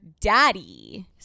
daddy